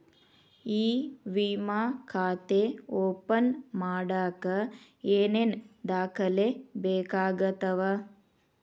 E ವಿಮಾ ಖಾತೆ open ಮಾಡಕ ಏನೇನ್ ದಾಖಲೆ ಬೇಕಾಗತವ